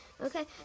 Okay